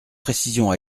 précision